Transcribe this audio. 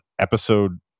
episode